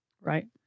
Right